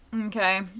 Okay